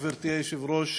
תודה לגברתי היושבת-ראש.